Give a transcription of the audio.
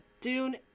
Dune